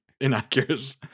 inaccurate